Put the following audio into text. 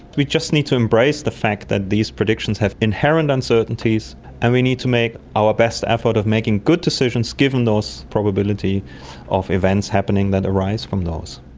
we just need to embrace the fact that these predictions have inherent uncertainties and we need to make our best effort of making good decisions given the probability of events happening that arise from those.